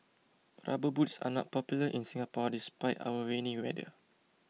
rubber boots are not popular in Singapore despite our rainy weather